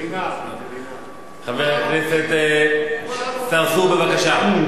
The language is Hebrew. וטרינר, וטרינר, חבר הכנסת צרצור, בבקשה.